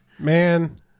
Man